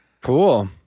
Cool